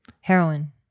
Heroin